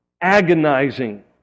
agonizing